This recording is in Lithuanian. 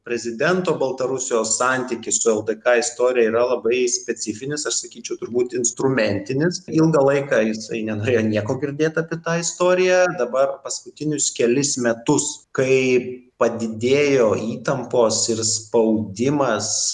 prezidento baltarusijos santykis su ldk istorija yra labai specifinis aš sakyčiau turbūt instrumentinis ilgą laiką jisai nenorėjo nieko girdėt apie tą istoriją dabar paskutinius kelis metus kai padidėjo įtampos ir spaudimas